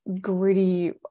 gritty